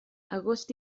agost